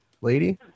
lady